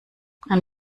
ein